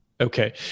Okay